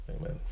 Amen